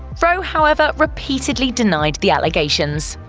rowe, however, repeatedly denied the allegations.